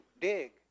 dig